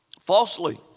falsely